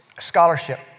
scholarship